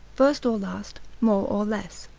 first or last, more or less.